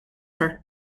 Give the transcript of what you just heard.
her